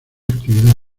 actividad